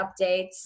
updates